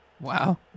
Wow